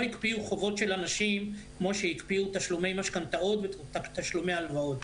לא הקפיאו חובות של אנשים כמו שהקפיאו תשלומי משכנתאות ותשלומי הלוואות.